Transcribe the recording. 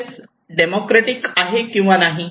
process democratic आहे किंवा नाही